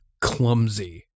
clumsy